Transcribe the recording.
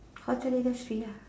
hotel industry lah